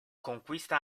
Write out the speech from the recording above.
conquista